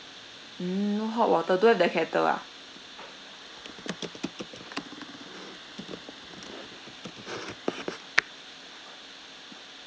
mm no hot water don't have the kettle ah